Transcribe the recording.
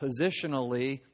positionally